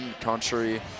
country